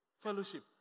fellowship